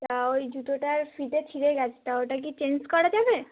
তা ওই জুতোটার ফিতে ছিঁড়ে গেছে তা ওটা কি চেঞ্জ করা যাবে